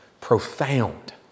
profound